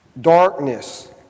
darkness